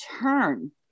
turn